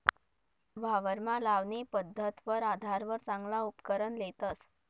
वावरमा लावणी पध्दतवर आधारवर चांगला उपकरण लेतस